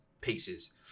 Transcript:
pieces